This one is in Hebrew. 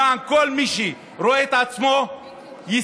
למען כל מי שרואה את עצמו ישראלי,